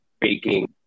baking